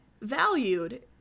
valued